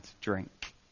drink